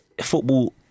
football